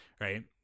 Right